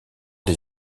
des